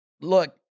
look